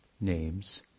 names